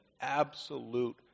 absolute